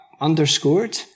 underscored